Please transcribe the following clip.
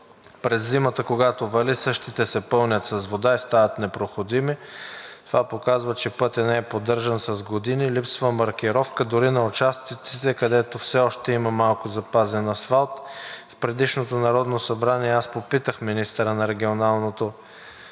През зимата и когато вали същите се пълнят с вода и стават непроходими. Това показва, че пътят не е поддържан с години. Липсва маркировка дори на участъците, където има все още запазен асфалт. В предишното Народно събрание попитах министъра на регионалното